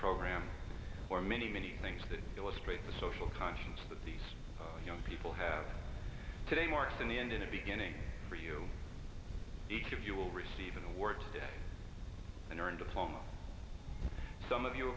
program or many many things that illustrate the social conscience that these young people have today marks in the end in the beginning for you each of you will receive an award today and earn diploma some of your